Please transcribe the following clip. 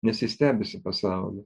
nes jis stebisi pasauliu